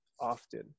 often